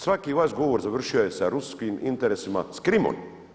Svaki vaš govor završio je sa ruskim interesima, s Krimom.